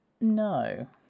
No